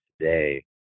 Today